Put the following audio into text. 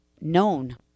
known